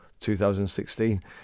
2016